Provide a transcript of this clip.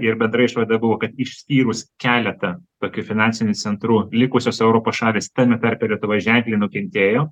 ir bendra išvada buvo kad išskyrus keletą tokių finansinių centrų likusios europos šalys tame tarpe ir lietuva ženkliai nukentėjo